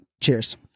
Cheers